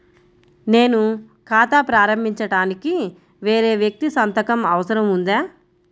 నేను ఖాతా ప్రారంభించటానికి వేరే వ్యక్తి సంతకం అవసరం ఉందా?